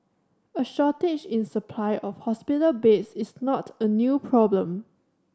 a shortage in supply of hospital beds is not a new problem